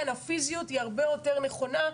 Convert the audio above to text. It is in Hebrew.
כן, הפיזיות היא הרבה יותר נכונה.